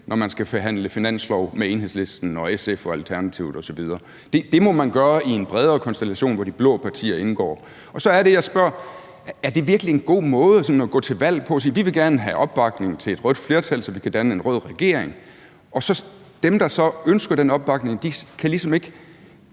forhandlinger om en finanslov med Enhedslisten og SF og Alternativet osv. Det må man gøre i en bredere konstellation, hvor de blå partier indgår. Så er det jeg spørger: Er det virkelig en god måde sådan at gå til valg på, altså at sige: Vi vil gerne have opbakning til et rødt flertal, så vi kan danne en rød regering – men dem, der så ønsker den opbakning, kan ligesom ikke